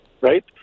right